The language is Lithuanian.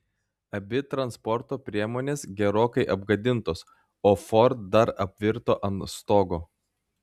abi transporto priemonės gerokai apgadintos o ford dar apvirto ant stogo